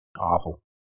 awful